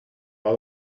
lot